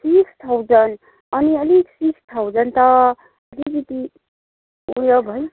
six thousand अनि अलिक six thousand त अलिकिति उयो भयो